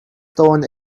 stolen